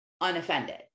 unoffended